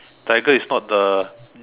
tiger is not the